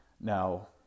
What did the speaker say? Now